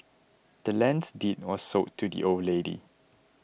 the land's deed was sold to the old lady